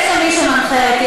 יש כאן מי שמנחה אותי,